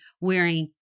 wearing